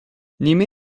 نیمه